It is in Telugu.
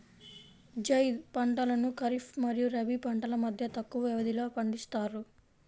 జైద్ పంటలను ఖరీఫ్ మరియు రబీ పంటల మధ్య తక్కువ వ్యవధిలో పండిస్తారు